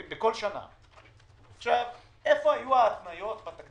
בביצוע דברים שנכתבו בדוחות אחרים שהיו קודם לגבי מה שצריך להיות שם